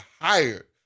hired